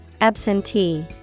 Absentee